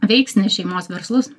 veiksnį šeimos verslus